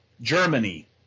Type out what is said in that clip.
Germany